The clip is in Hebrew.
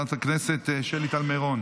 חברת הכנסת שלי טל מירון,